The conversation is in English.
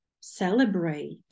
celebrate